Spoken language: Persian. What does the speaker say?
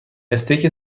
استیک